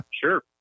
sure